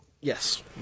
Yes